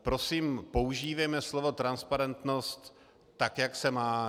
Prosím, používejme slovo transparentnost tak, jak se má.